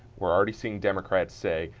we're already seeing democrats say,